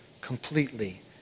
completely